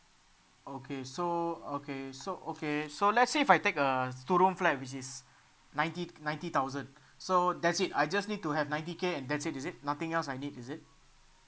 okay so okay so okay so let's say if I take a two room flat which is ninety ninety thousand so that's it I just need to have ninety K and that's is it nothing else I need is it